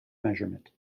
measurement